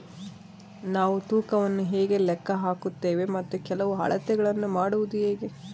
ನಾವು ತೂಕವನ್ನು ಹೇಗೆ ಲೆಕ್ಕ ಹಾಕುತ್ತೇವೆ ಮತ್ತು ಕೆಲವು ಅಳತೆಗಳನ್ನು ಮಾಡುವುದು ಹೇಗೆ?